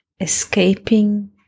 Escaping